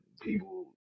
people